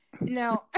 Now